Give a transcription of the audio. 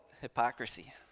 hypocrisy